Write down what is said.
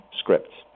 scripts